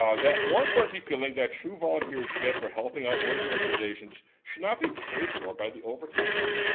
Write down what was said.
um that warm fuzzy feeling that true volunteers get for helping out worthy organizations should not be paid for by the overtaxed